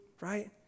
right